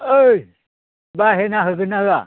ओइ बाहेना होगोनना होआ